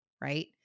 right